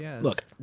look